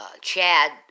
Chad